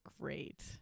great